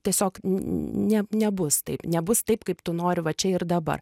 tiesiog ne nebus taip nebus taip kaip tu nori va čia ir dabar